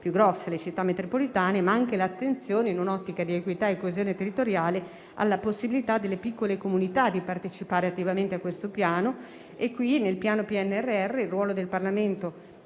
più grandi, le città metropolitane, ma anche l'attenzione, in un'ottica di equità e coesione territoriale, alla possibilità delle piccole comunità di partecipare attivamente a questo piano. Nel PNRR il ruolo del Parlamento